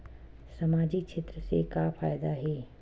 सामजिक क्षेत्र से का फ़ायदा हे?